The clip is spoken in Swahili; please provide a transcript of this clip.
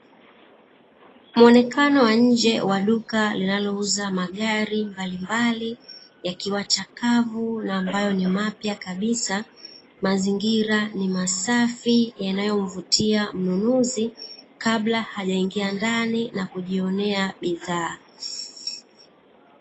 Muonekano wa nje wa duka linalouza magari mbalimbali yakiwa chakavu na ambayo ni mapya kabisa, mazingira ni masafi yanayomvutia mnunuzi kabla hajaingia ndani na kujionea bidhaa.